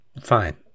Fine